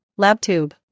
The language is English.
LabTube